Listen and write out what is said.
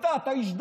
אתה, אתה איש דת.